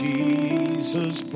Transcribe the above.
Jesus